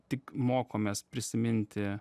tik mokomės prisiminti